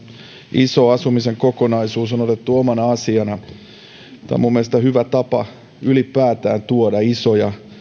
iso asumisen kokonaisuus on otettu omana asiana tämä on minun mielestäni hyvä tapa ylipäätään tuoda isoja